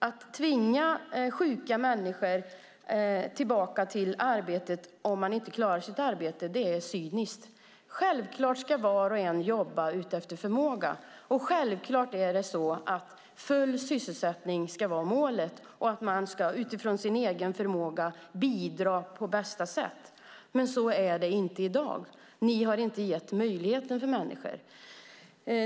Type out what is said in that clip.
Att tvinga sjuka människor tillbaka till arbetet om de inte klarar arbetet är cyniskt. Självklart ska var och en jobba efter förmåga, och självklart ska full sysselsättning vara målet. Självklart ska man bidra på bästa sätt utifrån sin egen förmåga. Men så är det inte i dag. Ni har inte gett människor möjligheter.